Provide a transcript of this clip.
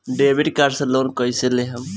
Debit card से loan कईसे लेहम?